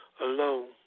alone